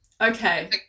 Okay